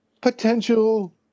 potential